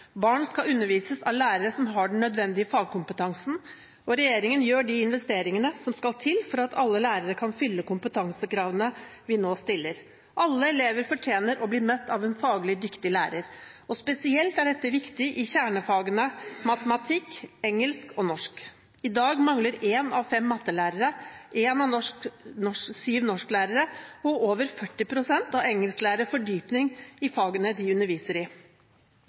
Barn skal undervises av lærere som har den nødvendige fagkompetansen. Regjeringen gjør de investeringene som skal til for at alle lærere kan fylle kompetansekravene vi nå stiller. Alle elever fortjener å bli møtt av en faglig dyktig lærer. Spesielt er dette viktig i kjernefagene matematikk, engelsk og norsk. I dag mangler én av fem mattelærere, én av syv norsklærere og over 40 pst. av engelsklærerne fordypning i fagene de underviser i.